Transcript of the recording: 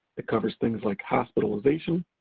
it covers things like hospitalization,